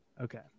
Okay